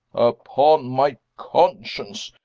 upon my conscience!